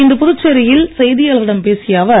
இன்று புதுச்சேரியில் செய்தியாளர்களிடம் பேசிய அவர்